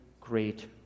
great